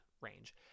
range